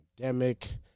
pandemic